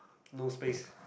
no space